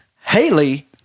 Haley